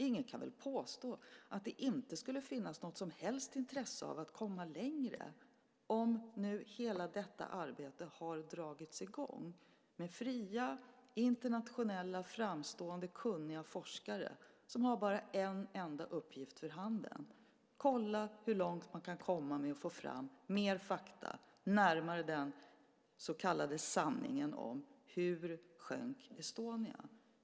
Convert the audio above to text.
Ingen kan väl påstå att det inte skulle finnas något som helst intresse av att komma längre om nu hela detta arbete har dragits i gång med fria, internationella, framstående, kunniga forskare som bara har en enda uppgift för handen, att kolla hur långt man kan komma med att få fram mer fakta närmare den så kallade sanningen om hur Estonia sjönk.